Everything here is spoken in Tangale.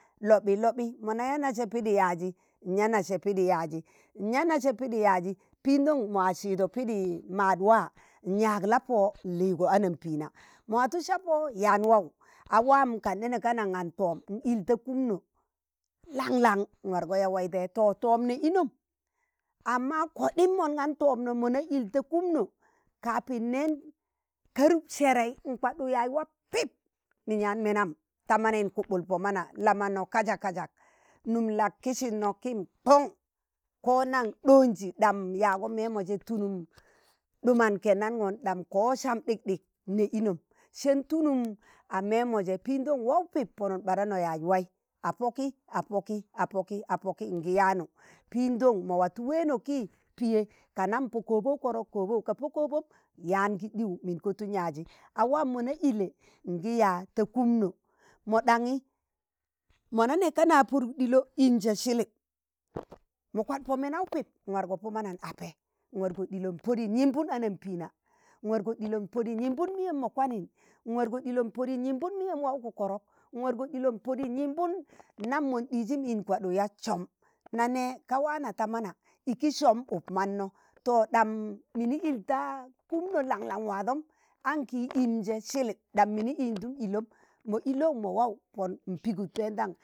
Lọbị lọbịị mọna ya nẹsẹ pịdị yaajị, n ya nẹsẹ pịdị yaajị, nya nase pidi yaaji, pịndọng mọwa sịjọ pịdị maad wa n yaag la pọ n lịga anambẹẹna ma watụ sa pọ yaan wawụ a wam kana neeg ka nga tọm n ịl ta kụmnụ lanlang n warko ya waị taịjẹ, tọm nẹ ịnọm amma kọɗịm mọngan tọmnọ mọna ịl tọ kụmnọ kafin nẹẹn karup serei nkwaaɗụk yaaj wa pịp mịn yaan mẹnam ta manai nkubul po manna la manno kajak kajak nụm la kịisin no kim kong ko nang dọọnjị ɗam yaagon mẹmọjẹ tụlụm ɗụman keneṇgọn ɗam ko sam ɗikɗik nẹ ịnọm seṇ tụlụm a mẹmọ jẹ pịndong wau pịp pọnụm ɓadono yaaj waị a pọkị a pọkị a pọkị a pọkị ngi yaanụ pịndọng mọ watụ wẹẹnọ kị pịyẹ ka nam pọ kọbụw korok kobau ka po kobom yaan gi ɗịwụ mịn kọtụ yaaji. a wam mona ịlẹ ngị ya ta kụmnụ mọ ɗanyi mọna nẹẹga na pọdụk ɗịlọ ịnjẹ sịlịp mọ kwakọ, pọ mendawu pịp ịn wargọ pọ mana ịn apẹ. nwargọ ɗịlọ n pọdị n yịmbụn ambẹẹna, nwargọ ɗịlọ n pọdị nyịmbụn mịyem mọ kwanịn n wargọ ɗịlo npọdị n yịmbụn mịyẹm wawgụ kọrọk wargọ ɗịlọ n pọdị n yịmbụm nam mon ɗịjịn ịn kwaaɗuk yak sum, na nẹẹ ka waana ta mana ịki sọm ụk manno to ɗam mịnị ịl ta kụmnụ lanlang wadọm ankị im je sịlịp ɗam mịnị ịldụm ịlọm, ma ịlọw mo wawu pọn in pịgụd pẹndang,